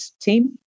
team